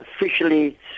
officially